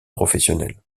professionnel